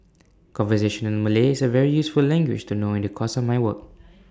conversational Malay is A very useful language to know in the course of my work